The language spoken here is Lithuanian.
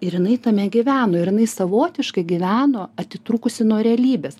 ir jinai tame gyveno ir jinai savotiškai gyveno atitrūkusi nuo realybės